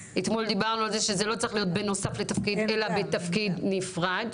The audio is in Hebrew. אתמול דיברנו על זה שזה לא צריך להיות בנוסף לתפקיד אלא בתפקיד נפרד.